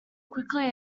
quickly